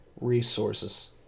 resources